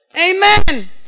Amen